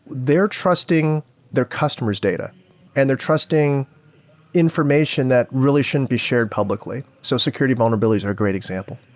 they're trusting their customer s data and they're trusting information that really shouldn't be shared publicly. so security vulnerabilities are a great example.